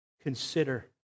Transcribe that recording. Consider